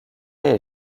est